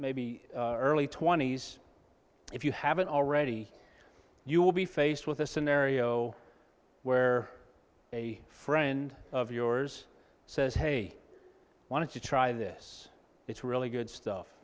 maybe early twenty's if you haven't already you will be faced with a scenario where a friend of yours says hey i want to try this it's a really good stuff